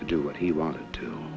to do what he wanted to